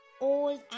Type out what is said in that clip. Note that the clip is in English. old